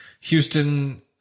houston